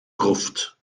gruft